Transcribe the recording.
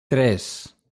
tres